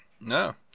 No